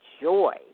joy